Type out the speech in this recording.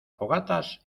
fogatas